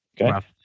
Okay